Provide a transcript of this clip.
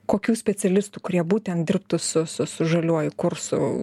kokių specialistų kurie būtent dirbtų su su su žaliuoju kursu